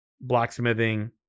blacksmithing